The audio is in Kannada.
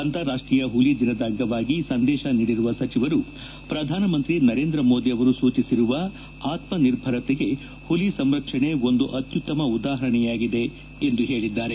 ಅಂತಾರಾಷ್ಷೀಯ ಹುಲಿ ದಿನದ ಅಂಗವಾಗಿ ಸಂದೇಶ ನೀಡಿರುವ ಸಚಿವರು ಪ್ರಧಾನಮಂತ್ರಿ ನರೇಂದ್ರ ಮೋದಿ ಅವರು ಸೂಚಿಸಿರುವ ಆತ್ತನಿರ್ಭರತೆಗೆ ಹುಲಿ ಸಂರಕ್ಷಣೆ ಒಂದು ಅತ್ಯುತ್ತಮ ಉದಾಹರಣೆಯಾಗಿದೆ ಎಂದು ಹೇಳಿದ್ದಾರೆ